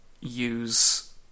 use